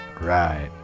Right